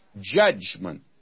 judgment